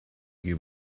you